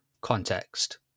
context